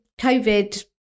COVID